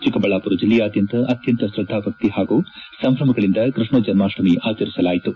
ಚಿಕ್ಕಬಳ್ಳಾಪುರ ಜಿಲ್ಲೆಯಾದ್ಯಂತ ಅತ್ಯಂತ ಶ್ರದ್ಧಾಭಕ್ತಿ ಹಾಗೂ ಸಂಭ್ರಮಗಳಿಂದ ಕೃಷ್ಣ ಜನ್ವಾಷ್ವಮಿ ಆಚರಿಸಲಾಯಿತು